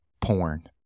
porn